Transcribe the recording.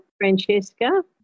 Francesca